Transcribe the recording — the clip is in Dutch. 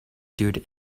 duurde